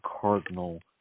cardinal